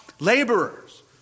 Laborers